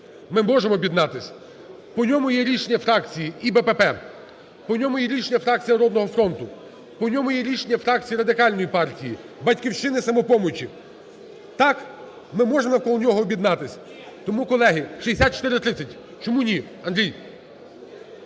ми можемо об'єднатися, по ньому є рішення фракції і "БПП", по ньому є рішення фракції "Народного фронту", по ньому є рішення фракції Радикальної партії, "Батьківщини" і "Самопомочі", так ми можемо навколо об'єднатися. Тому, колеги, 6430. Чому ні, Андрій?